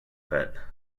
pet